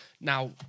Now